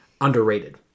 underrated